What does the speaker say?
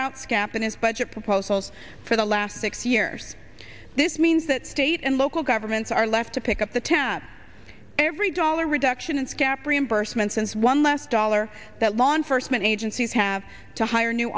doubts gap in its budget proposals for the last six years this means that state and local governments are left to pick up the tab every dollar reduction in scap reimbursement since one last dollar that law enforcement agencies have to hire new